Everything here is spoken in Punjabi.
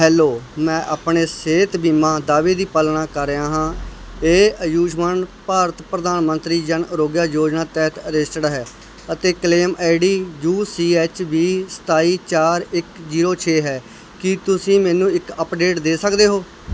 ਹੈਲੋ ਮੈਂ ਆਪਣੇ ਸਿਹਤ ਬੀਮਾ ਦਾਅਵੇ ਦੀ ਪਾਲਣਾ ਕਰ ਰਿਹਾ ਹਾਂ ਇਹ ਆਯੁਸ਼ਮਾਨ ਭਾਰਤ ਪ੍ਰਧਾਨ ਮੰਤਰੀ ਜਨ ਆਰੋਗਯ ਯੋਜਨਾ ਤਹਿਤ ਰਜਿਸਟਰਡ ਹੈ ਅਤੇ claim ID U C H B ਸਤਾਈ ਚਾਰ ਇੱਕ ਜੀਰੋ ਇੱਕ ਛੇ ਹੈ ਕੀ ਤੁਸੀਂ ਮੈਨੂੰ ਇੱਕ ਅਪਡੇਟ ਦੇ ਸਕਦੇ ਹੋ